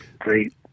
great